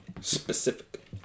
Specific